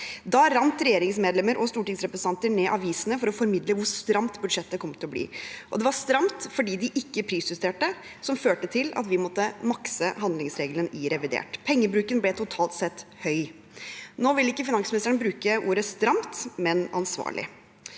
Da rant regjeringsmedlemmer og stortingsrepresentanter ned avisene for å formidle hvor stramt budsjettet kom til å bli, og det var stramt fordi de ikke prisjusterte, noe som førte til at vi måtte makse handlingsregelen i revidert budsjett. Pengebruken ble totalt sett høy. Nå vil ikke finansministeren bruke ordet «stramt», men «ansvarlig».